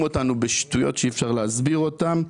אותנו בשטויות שאי אפשר להסביר אותן.